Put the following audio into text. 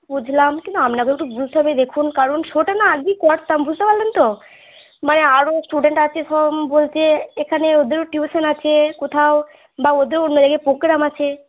বুঝলাম কিন্তু আপনাকেও তো বুঝতে হবে দেখুন কারণ শোটা না আজকেই করতাম বুঝতে পারলেন তো মানে আরো স্টুডেন্ট আছে সব বলছে এখানে ওদেরও টিউশন আছে কোথাও বা ওদের অন্য জায়গায় প্রোগ্রাম আছে